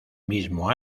mismo